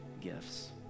gifts